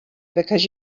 because